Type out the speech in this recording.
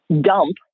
dump